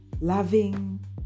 loving